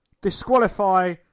Disqualify